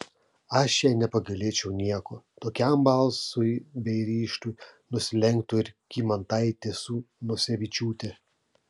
aš jai nepagailėčiau nieko tokiam balsui bei ryžtui nusilenktų ir kymantaitė su nosevičiūte